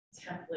template